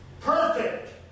Perfect